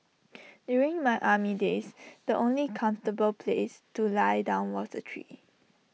during my army days the only comfortable place to lie down was A tree